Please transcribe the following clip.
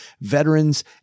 veterans